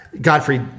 Godfrey